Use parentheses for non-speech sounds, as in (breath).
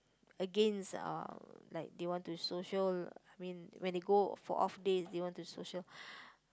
against uh like they want to social I mean when they go for off days they want to social (breath)